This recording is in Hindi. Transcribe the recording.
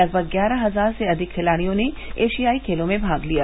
लगभग ग्यारह हजार से अधिक खिलाड़ियों ने एषियाई खेलों में भाग लिया